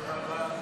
תודה רבה.